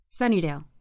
Sunnydale